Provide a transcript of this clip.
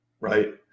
right